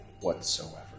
whatsoever